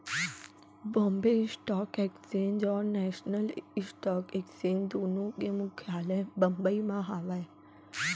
Bombay stock exchange और national stock exchange दुनो के मुख्यालय बंबई म हावय